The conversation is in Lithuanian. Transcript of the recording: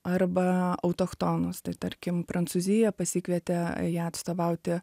arba autochtonus tai tarkim prancūzija pasikvietė ją atstovauti